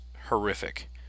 horrific